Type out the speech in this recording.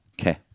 Okay